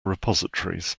repositories